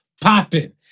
popping